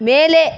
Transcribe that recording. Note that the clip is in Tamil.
மேலே